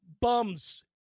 bums